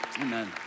Amen